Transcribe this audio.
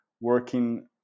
working